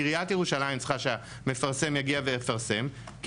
עיריית ירושלים צריכה שהמפרסם יגיע ויפרסם כי